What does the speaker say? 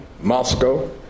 Moscow